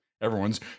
everyone's